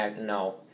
No